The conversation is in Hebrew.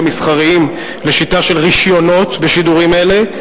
מסחריים לשיטה של רשיונות בשידורים אלה,